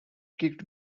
kicked